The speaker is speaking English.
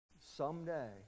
Someday